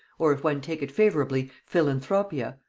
or, if one take it favorably, philanthropia,